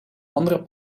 andere